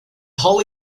holy